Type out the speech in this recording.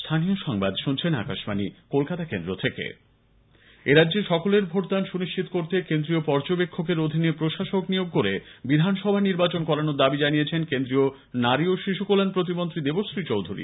এরাজ্যে সকলের ভোটদান সুনিশ্চিত করতে কেন্দ্রীয় পর্যবেক্ষকের অধীনে প্রশাসক নিয়োগ করে বিধানসভা নির্বাচন করানোর দাবী জানিয়েছেন কেন্দ্রীয় নারী ও শিশু কল্যাণ প্রতিমন্ত্রী দেবশ্রী চৌধুরী